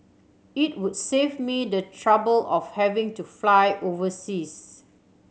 it would save me the trouble of having to fly overseas